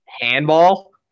Handball